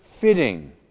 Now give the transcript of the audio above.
fitting